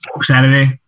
Saturday